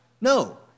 No